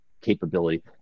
capability